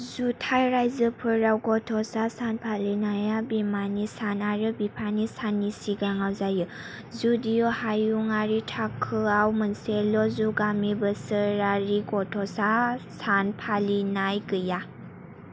जुथाइ रायजोफोराव गथ'सा सान फालिनाया बिमानि सान आरो बिफानि साननि सिगाङाव जायो जदिय' हायुंयारि थाखोआव मोनसेल' जुगामि बोसोरारि गथ'सा सान फालिथाय गैया